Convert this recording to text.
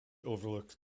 overlooks